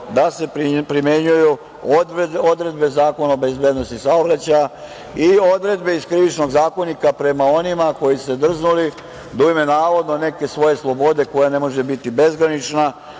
da se primenjuju odredbe Zakona o bezbednosti saobraćaja i odredbe iz Krivičnog zakonika prema onima koji su se dozvoli da imaju navodno neke svoje slobode koja ne može biti bezgranična